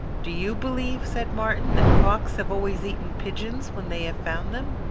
do you believe, said martin, that hawks have always eaten pigeons when they have found them?